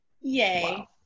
Yay